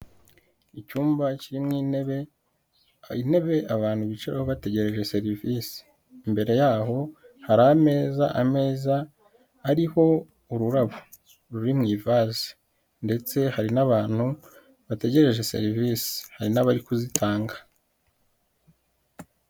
Icyumba kirimo intebe, intebe abantu bicaraho bategereje serivisi, imbere yaho hari ameza, ameza ariho ururabo ruri mu ivaze ndetse hari n'abantu bategereje serivisi hari n'abari kuzitanga.